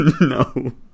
no